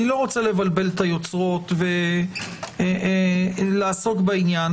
איני רוצה לבלבל את היוצרות ולעסוק בעניין.